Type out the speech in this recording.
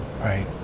Right